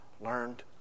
learned